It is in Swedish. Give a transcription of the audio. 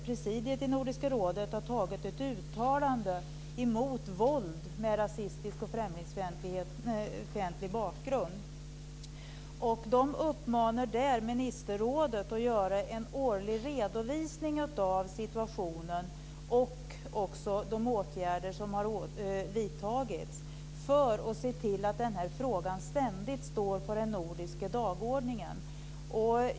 Presidiet i Nordiska rådet har också gjort ett uttalade mot våld med rasistisk och främlingsfientlig bakgrund. Det uppmanar där ministerrådet att göra en årlig redovisning av situationen och också de åtgärder som har vidtagits för att se till att frågan ständigt står på den nordiska dagordningen.